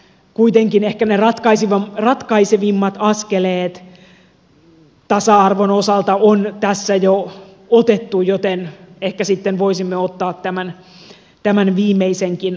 kuitenkin ehkä ne ratkaisevimmat askeleet tasa arvon osalta on tässä jo otettu joten ehkä sitten voisimme ottaa tämän viimeisenkin askeleen